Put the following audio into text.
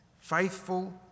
Faithful